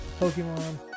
Pokemon